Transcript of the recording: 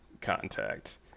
contact